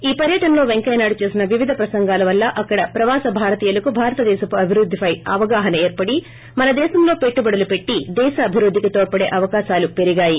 ఈ పర్యటనలో పెంకయ్యనాయుడు చేసిన వివిధ ప్రసంగాలవల్ల అక్కడి ప్రవాస భారతీయులకు భారత దేశపు అభివృద్దిపై అవగాహన ఎర్పడి మన దేశంలో పెట్టుబడులు పెట్టి దేశ అభివృద్దికి తోడ్చడే అవకాశాలు పెరిగాయి